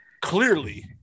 Clearly